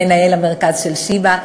מנהל המרכז של בית-החולים שיבא,